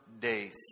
days